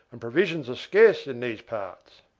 and provisions are scarce in these parts.